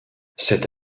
cette